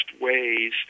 ways